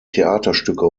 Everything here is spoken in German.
theaterstücke